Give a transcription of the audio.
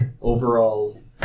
Overalls